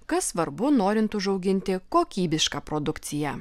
kas svarbu norint užauginti kokybišką produkciją